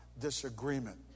disagreement